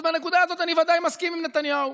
אז בנקודה הזאת אני בוודאי מסכים עם נתניהו.